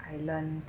I learnt